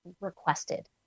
requested